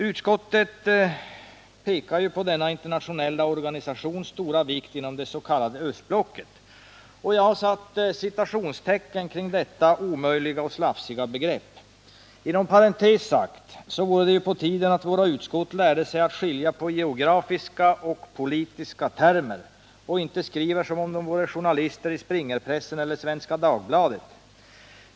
Utskottet pekar på denna internationella organisations stora vikt inom ”östblocket”. Jag har satt citationstecken kring detta omöjliga och slafsiga begrepp. Inom parentes sagt vore det på tiden att våra utskott lärde sig att skilja på geografiska och politiska termer och inte skriva som om de vore journalister i Springerpressen eller på Svenska Dagbladet.